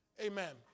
Amen